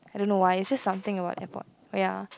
I don't know why is just something about airport ya